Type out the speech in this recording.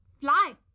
Fly